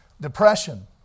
Depression